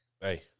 hey